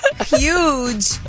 huge